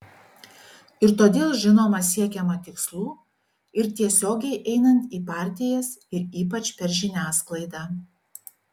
ir todėl žinoma siekiama tikslų ir tiesiogiai einant į partijas ir ypač per žiniasklaidą